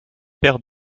père